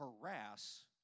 harass